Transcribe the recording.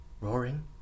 roaring